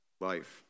life